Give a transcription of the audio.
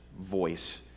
voice